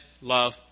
love